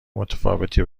متفاوتی